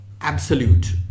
absolute